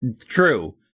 True